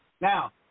Now